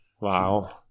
Wow